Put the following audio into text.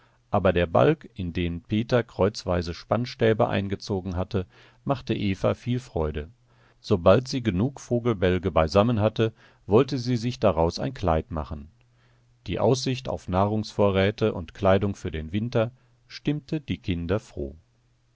aber der balg in den peter kreuzweise spannstäbe eingezogen hatte machte eva viel freude sobald sie genug vogelbälge beisammen hatte wollte sie sich daraus ein kleid machen die aussicht auf nahrungsvorräte und kleidung für den winter stimmte die kinder froh